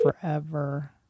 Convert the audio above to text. forever